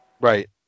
Right